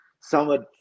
somewhat